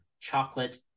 chocolate